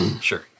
Sure